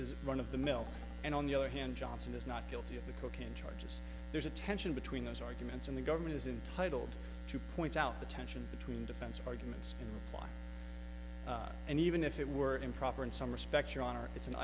is one of the milk and on the other hand johnson is not guilty of the cocaine charges there's a tension between those arguments and the government is intitled to point out the tension between defense argument why and even if it were improper in some respects your honor it's an